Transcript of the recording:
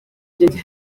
byanjye